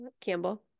Campbell